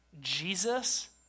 Jesus